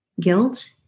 guilt